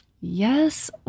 Yes